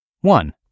One